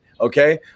okay